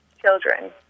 children